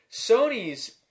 Sony's